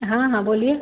हाँ हाँ बोलिए